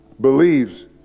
believes